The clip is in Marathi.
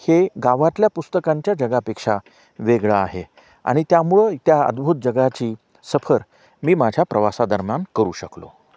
हे गावातल्या पुस्तकांच्या जगापेक्षा वेगळ आहे आ आणि त्यामुळे त्या अद्भुत जगाची सफर मी माझ्या प्रवासादरम्यान करू शकलो